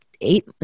eight